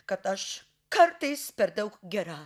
kad aš kartais per daug gera